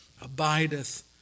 abideth